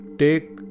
take